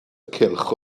cylch